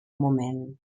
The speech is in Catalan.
moment